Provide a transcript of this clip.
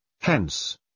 Hence